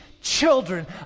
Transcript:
children